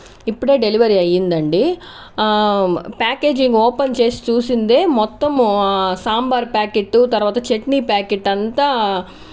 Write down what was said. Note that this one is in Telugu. ఇప్పుడే డెలివరీ అయిందండి ప్యాకేజింగ్ ఓపెన్ చేసి చూసిందే మొత్తం సాంబార్ ప్యాకెట్ తర్వాత చట్నీ ప్యాకెట్ అంతా